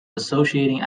associating